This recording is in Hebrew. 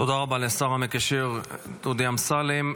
תודה רבה לשר המקשר דודי אמסלם.